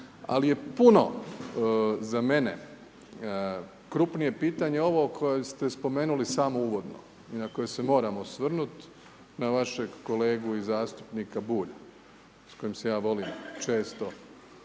Ali je puno za mene krupnije pitanje ovo koje ste spomenuli samo uvodno i na koje moram osvrnuti, na vašeg kolegu i zastupnika Bulja s kojim se ja volim često,